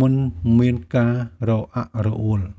មិនមានការរអាក់រអួល។